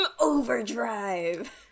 overdrive